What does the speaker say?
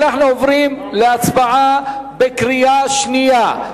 אנחנו עוברים להצבעה בקריאה שנייה,